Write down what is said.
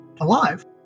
alive